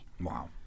Wow